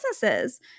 businesses